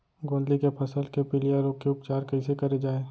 गोंदली के फसल के पिलिया रोग के उपचार कइसे करे जाये?